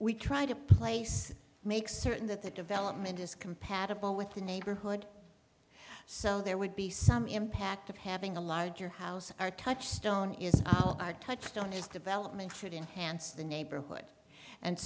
we try to place make certain that the development is compatible with the neighborhood so there would be some impact of having a larger house our touchstone is our touchstone his development it enhanced the neighborhood and